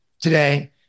today